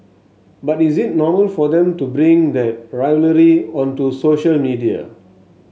but is it normal for them to bring that rivalry onto social media